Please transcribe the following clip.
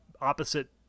opposite